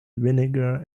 vinegar